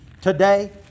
today